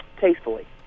tastefully